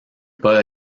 pas